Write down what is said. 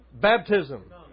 baptism